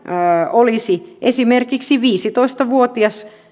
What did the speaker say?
olisi esimerkiksi viisitoista vuotias